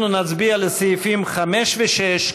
אנחנו נצביע על סעיפים 5 ו-6,